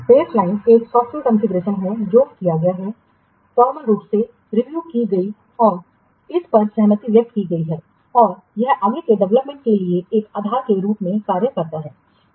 baseline एक software configuration है जो किया गया हैफॉर्मल रूप से रिव्यू की गई और इस पर सहमति व्यक्त की गई और यह आगे के डेवलपमेंट के लिए एक आधार के रूप में कार्य करता है